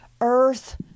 Earth